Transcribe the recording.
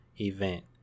event